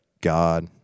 God